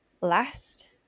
last